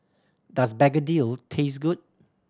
does begedil taste good